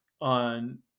on